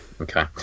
Okay